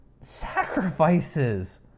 sacrifices